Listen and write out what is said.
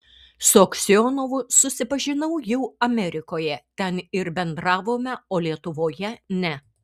su aksionovu susipažinau jau amerikoje ten ir bendravome o lietuvoje ne